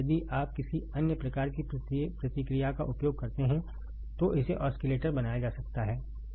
यदि आप किसी अन्य प्रकार की प्रतिक्रिया का उपयोग करते हैं तो इसे ओस्किलेटर बनाया जा सकता है